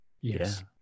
Yes